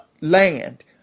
land